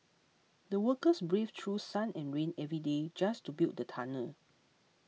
the workers braved through sun and rain every day just to build the tunnel